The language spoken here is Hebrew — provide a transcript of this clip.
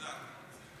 אל תדאג,